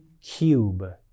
cube